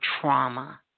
trauma